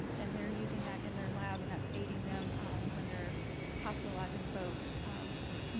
and they're using that in their lab and that's aiding them when they're hospitalizing folks or you